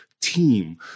team